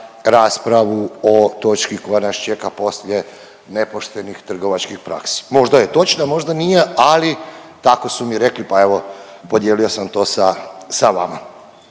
raspravu o točki koja nas čeka poslije nepoštenih trgovačkih praksi. Možda je točna, možda nije, ali tako su mi rekli, pa evo podijelio sam to sa, sa vama.